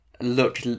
look